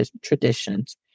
traditions